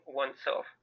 oneself